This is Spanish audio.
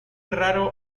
raro